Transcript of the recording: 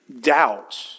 doubt